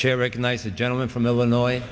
chair recognizes gentleman from illinois